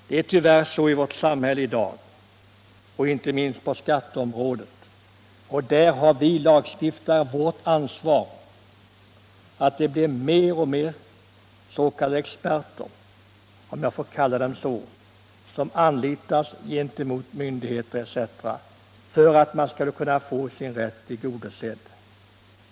Det blir tyvärr mer och mer så i vårt samhälle i dag, inte minst på skatteområdet, och där har vi lagstiftare vårt ansvar, att s.k. experter —- om jag får använda den benämningen — anlitas gentemot myndigheter etc. för att man skall få sin rätt tillgodosedd.